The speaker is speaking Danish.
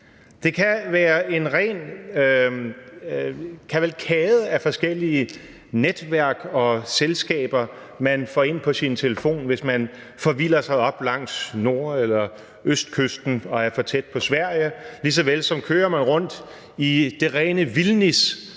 Det kan være en ren kavalkade af forskellige netværk og selskaber, man får ind på sin telefon, hvis man forvilder sig op langs nord- eller østkysten og er for tæt på Sverige. Det samme gælder, når man kører man rundt i det rene vildnis,